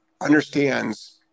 understands